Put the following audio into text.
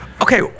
Okay